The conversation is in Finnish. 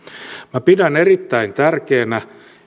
minä pidän erittäin tärkeänä